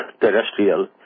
terrestrial